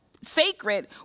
sacred